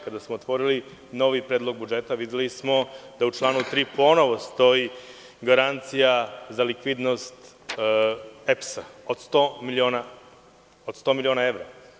Kada smo otvorili novi predlog budžeta, videli smo da u članu 3. ponovo stoji garancija za likvidnost EPS-a od 100 miliona evra.